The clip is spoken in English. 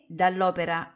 dall'opera